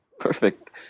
Perfect